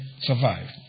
Survive